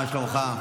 מה שלומך?